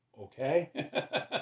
Okay